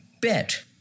bet